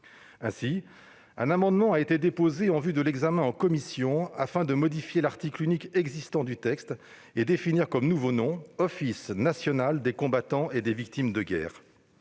» Un amendement a donc été déposé en vue de l'examen en commission afin de modifier l'article unique du texte et de retenir comme nouveau nom :« Office national des combattants et des victimes de guerre ».